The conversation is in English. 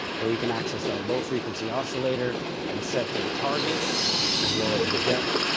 where we can access our low-frequency oscillator and set the target as well as the depth.